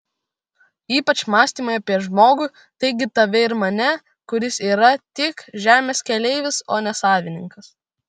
ypač mąstymai apie žmogų taigi tave ir mane kuris yra tik žemės keleivis o ne savininkas